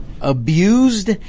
abused